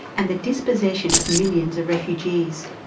and the dispossession of millions of refugees.